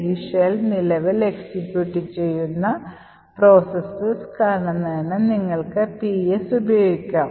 ഈ ഷെൽ നിലവിൽ എക്സിക്യൂട്ട് ചെയ്യുന്ന പ്രക്രിയകൾ കാണുന്നതിന് നിങ്ങൾക്ക് "ps" ഉപയോഗിക്കാം